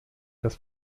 das